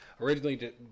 originally